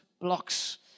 blocks